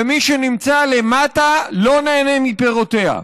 ומי שנמצא למטה לא נהנה מפירותיה.